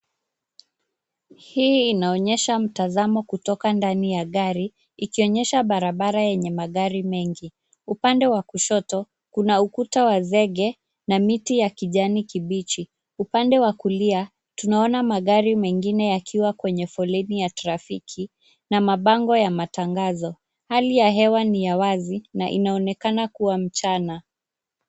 Hii inaonyesha mtazamo kutoka ndani ya gari ikionyesha barabara yenye magari mengi. Upande wa kushoto, kuna ukuta wa zege na miti ya kijani kibichi. Upande wa kulia, tunaona magari mengine yakiwa kwenye foleni ya trafiki na mabango ya matangazo. Hali ya hewa ni ya wazi na inaonekana kuwa mchana.